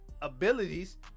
abilities